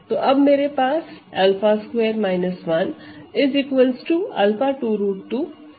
तो अब मेरे पास 𝛂2 1 𝛂 2 √2 के